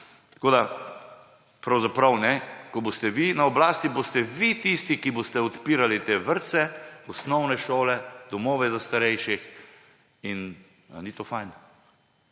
tako lepe? Ko boste vi na oblasti, boste vi tisti, ki boste odpirali te vrtce, osnovne šole, domove za starejše. Ali ni to fajn?